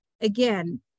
again